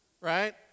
right